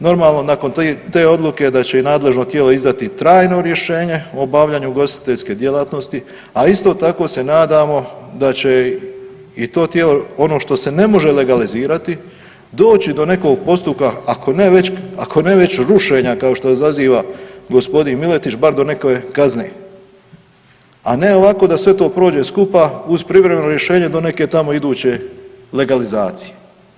Normalno nakon te odluke da će i nadležno tijelo izdati trajno rješenje o obavljanju ugostiteljske djelatnosti, a isto tako se nadamo da će i to tijelo ono što se ne može legalizirati doći do nekog postupka ako ne već, ako ne već rušenja kao što izaziva gospodin Miletić bar do neke kazne, a ne ovako da sve to prođe skupa uz privremeno rješenje do neke tamo iduće legalizacije.